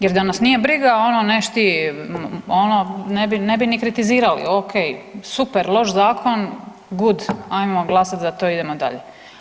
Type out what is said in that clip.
Jel da nas nije briga ono neš ti, ono ne bi ni kritizirali, ok, super, loš zakon, good ajmo glasat za to, idemo dalje.